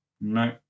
No